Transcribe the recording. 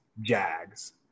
Jags